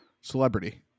celebrity